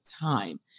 time